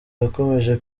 yakomeje